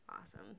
awesome